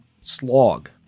slog